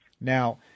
Now